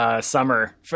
summer